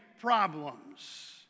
problems